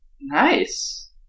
Nice